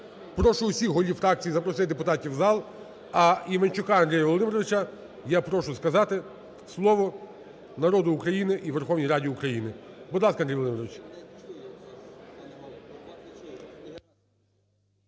Прошу всіх голів фракцій запросити депутатів в зал, а Іванчука Андрія Володимировича я прошу сказати слово народу України і Верховній Раді України. Будь ласка, Андрій Володимирович.